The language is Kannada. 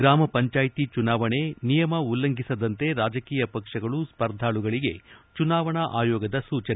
ಗ್ರಾಮ ಪಂಚಾಯಿತಿ ಚುನಾವಣೆ ನಿಯಮ ಉಲ್ಲಂಘಿಸದಂತೆ ರಾಜಕೀಯ ಪಕ್ಷಗಳು ಸ್ಪರ್ಧಾಳುಗಳಿಗೆ ಚುನಾವಣಾ ಆಯೋಗದ ಸೂಚನೆ